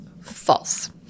False